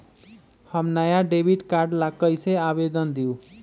हम नया debit card ला कईसे आवेदन दिउ?